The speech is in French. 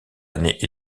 années